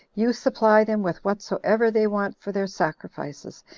you supply them with whatsoever they want for their sacrifices,